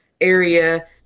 area